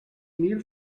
meal